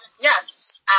yes